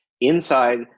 inside